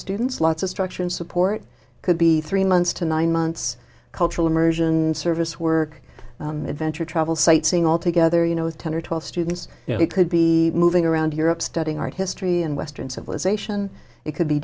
students lots of structure and support could be three months to nine months cultural immersion service work adventure travel sightseeing all together you know with ten or twelve students it could be moving around europe studying art history and western civilization it could be